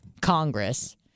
congress